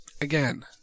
Again